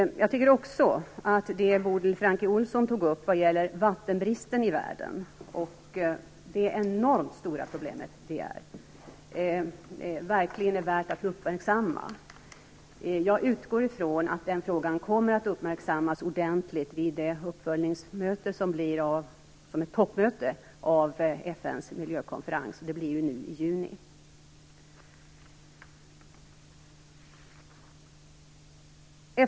Jag tycker att det Bodil Francke Ohlsson tog upp, vattenbristen i världen och det enormt stora problem det är, verkligen är värt att uppmärksamma. Jag utgår från att den frågan kommer att uppmärksammas ordentligt vid det uppföljningsmöte i form av ett toppmöte av FN:s miljökonferens som äger rum i juni.